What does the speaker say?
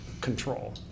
control